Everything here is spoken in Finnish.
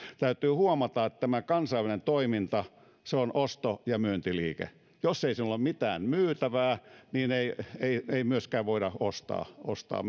täytyy huomata että tämä kansainvälinen toiminta se on osto ja myyntiliike jos ei sinulla ole mitään myytävää niin ei ei myöskään voida ostaa ostaa